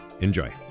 Enjoy